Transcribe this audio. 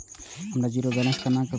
हम zero balance केना खोलैब?